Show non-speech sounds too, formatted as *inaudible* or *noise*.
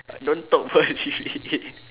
don't talk first *noise* you shit head